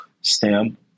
STEM